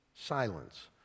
Silence